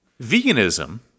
Veganism